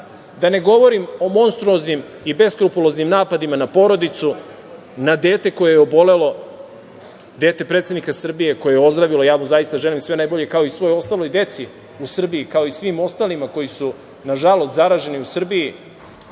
da ne govorim o monstruoznim i beskrupuloznim napadima na porodicu, na dete koje je obolelo, dete predsednika Srbije koje je ozdravilo i ja mu zaista želim sve najbolje, kao i svoj ostaloj deci u Srbiji, kao i svim ostalima koji su nažalost zaraženi u Srbiji,